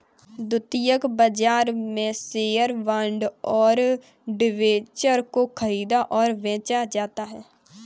द्वितीयक बाजार में शेअर्स, बॉन्ड और डिबेंचर को ख़रीदा और बेचा जाता है